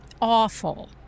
Awful